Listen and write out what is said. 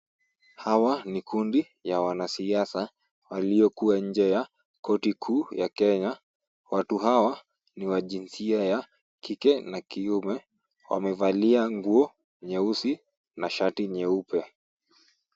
Hawa ni kundi ya wanasiasa waliokuwa nje ya korti kuu ya Kenya. Watu hawa ni wa jinsia ya kike na kiume. Wamevalia nguo nyeusi na shati nyeupe.